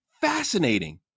fascinating